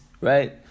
right